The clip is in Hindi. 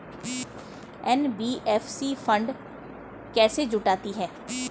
एन.बी.एफ.सी फंड कैसे जुटाती है?